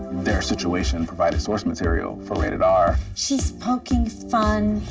their situation provided source material for rated r. she's poking fun.